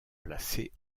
placé